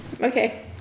Okay